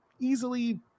easily